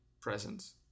presence